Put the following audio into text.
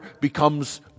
becomes